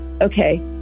okay